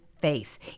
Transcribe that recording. face